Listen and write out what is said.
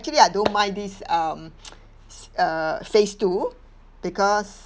actually I don't mind this um uh phase two because